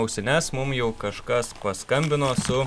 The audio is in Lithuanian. ausines mum jau kažkas paskambino su